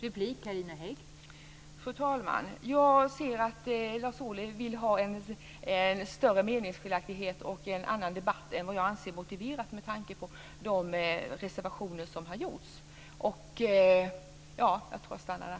Fru talman! Jag ser att Lars Ohly vill ha en större meningsskiljaktighet och en annan debatt än vad jag anser som motiverat med tanke på de reservationer som har gjorts. Jag tror att jag stannar där.